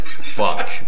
fuck